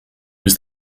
was